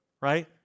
right